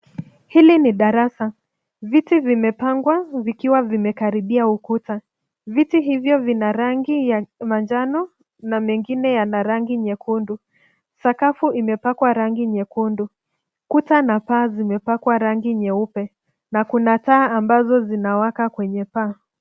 Hili ni darasa, viti vimepangwa, vikiwa vimekaribia ukuta. Viti hivyo vina rangi ya manjano, na mengine yana rangi nyekundu. Sakafu imepakwa rangi nyekundu. Kuta na paa zimepakwa rangi nyeupe, na kuna taa ambazo zinawaka kwenye paa.